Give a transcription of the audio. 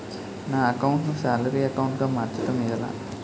నా అకౌంట్ ను salary account గా మార్చటం ఎలా?